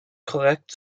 korrekt